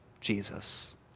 Jesus